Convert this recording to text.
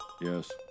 Yes